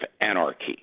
anarchy